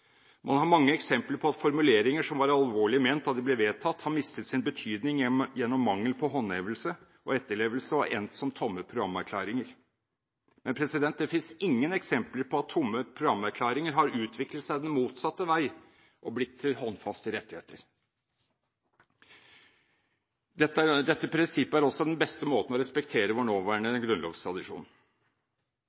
Man har mange eksempler på at formuleringer som var alvorlig ment da de ble vedtatt, har mistet sin betydning gjennom mangel på håndhevelse og etterlevelse og har endt som tomme programerklæringer. Men det finnes ingen eksempler på at tomme programerklæringer har utviklet seg den motsatte vei og blitt til håndfaste rettigheter. Dette prinsippet er også den beste måten å respektere vår nåværende grunnlovstradisjon